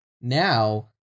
now